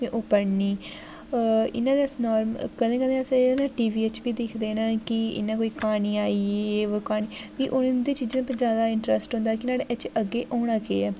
में ओह् पढ़नी इ'यां ते अस नॉर्मल कदें कदें अस टी वी बिच बी दिक्खदे न कि इ'यां कोई क्हानी आई गेई ओह् फ्ही उं'दे चीज़ें पर जादा इंटरस्ट होंदा कि नुहाड़े च अग्गें होना केह् ऐ